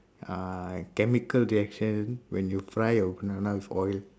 uh chemical reaction when you fry oil